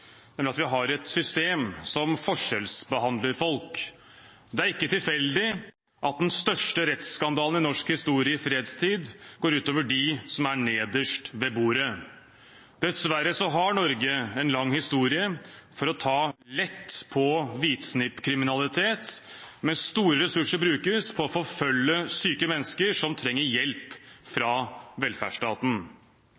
at vi har et system som forskjellsbehandler folk. Det er ikke tilfeldig at den største rettsskandalen i norsk historie i fredstid går ut over dem som er nederst ved bordet. Dessverre har Norge en lang historie for å ta lett på hvitsnippkriminalitet, mens store ressurser brukes på å forfølge syke mennesker som trenger hjelp